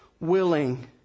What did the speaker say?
willing